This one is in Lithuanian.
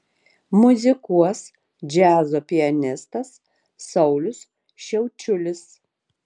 muzikuos džiazo pianistas saulius šiaučiulis